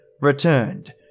returned